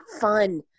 fun